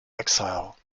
exile